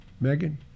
Megan